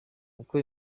uko